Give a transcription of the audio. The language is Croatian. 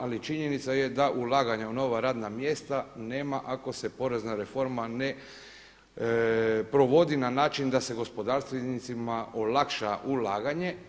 Ali činjenica je da ulaganja u nova radna mjesta nema ako se porezna reforma ne provodi na način da se gospodarstvenicima olakša ulaganje.